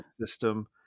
system